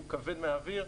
הוא כבד מהאוויר,